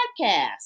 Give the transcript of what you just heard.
podcast